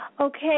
okay